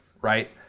right